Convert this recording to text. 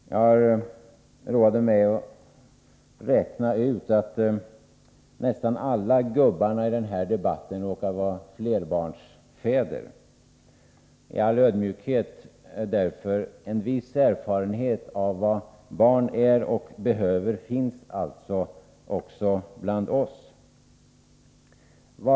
Jag har roat mig med att räkna ut att nästan alla ”gubbarna” i den här debatten råkar vara flerbarnsfäder. I all ödmjukhet: En viss erfarenhet av vad barn är och behöver finns alltså också bland oss.